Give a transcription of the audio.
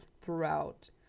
throughout